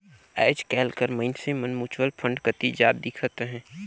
आएज काएल कर मइनसे मन म्युचुअल फंड कती जात दिखत अहें